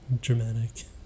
dramatic